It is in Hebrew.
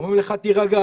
אומרים לך: תירגע,